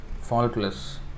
faultless